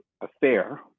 affair